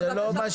בבקשה,